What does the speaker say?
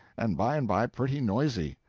and by and by pretty noisy.